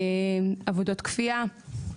עבודות כפייה.